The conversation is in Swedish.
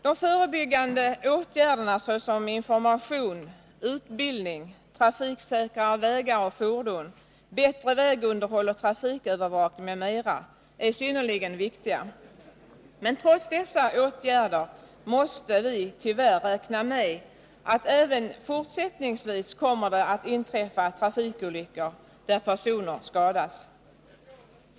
De förebyggande åtgärderna såsom information, utbildning, trafiksäkrare vägar och fordon, bättre vägunderhåll och trafikövervakning m.m. är synnerligen viktiga. Men trots dessa åtgärder måste vi tyvärr räkna med att det även fortsättningsvis kommer att inträffa trafikolyckor där personer skadas.